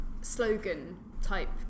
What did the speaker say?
slogan-type